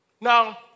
Now